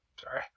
Sorry